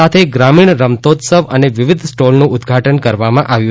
સાથે ગ્રામીણ રમતોત્સવ અને વિવિધ સ્ટોલ નું ઉદ્વાટન પણ કરવામાં આવ્યું